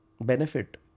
benefit